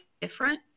different